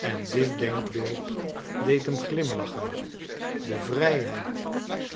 en dit denkbeeld deed hem glimlachen de vrijheid